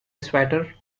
swatter